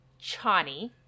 Chani